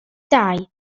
dau